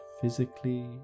physically